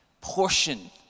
portion